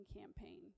campaign